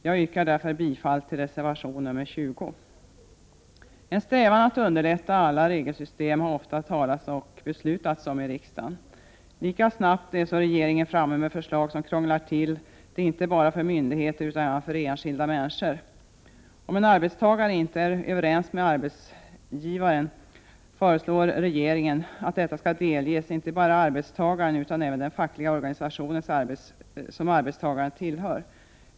Jag yrkar därför bifall till reservation nr 20. En strävan att underlätta alla regelsystem har det ofta talats och beslutats om i riksdagen. Ändå är regeringen snabbt framme med förslag som krånglar till det både för myndigheter och för enskilda människor. Om en arbetstagare inte är överens med arbetsgivaren, föreslår regeringen att detta skall delges inte bara arbetstagaren utan även den fackliga organisation som arbetstagaren tillhör.